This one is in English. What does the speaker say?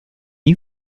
you